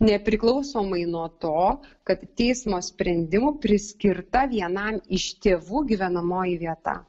nepriklausomai nuo to kad teismo sprendimu priskirta vienam iš tėvų gyvenamoji vieta